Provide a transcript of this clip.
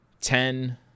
ten